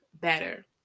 better